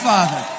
Father